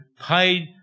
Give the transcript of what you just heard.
paid